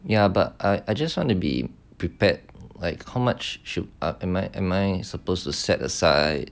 ya but I I just wanna be prepared like how much should I am I am I supposed to set aside